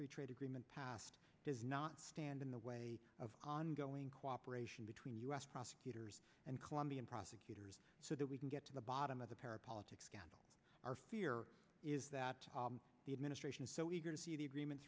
free trade agreement passed does not stand in the way of ongoing cooperation between u s prosecutors and colombian prosecutors so that we can get to the bottom of the pair of politics our fear is that the administration is so eager to see the agreement